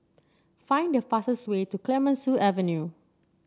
find the fastest way to Clemenceau Avenue